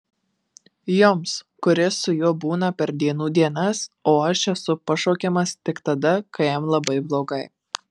jums kuris su juo būna per dienų dienas o aš esu pašaukiamas tik tada kai jam labai blogai